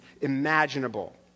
imaginable